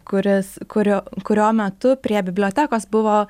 kuris kurio kurio metu prie bibliotekos buvo